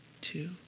two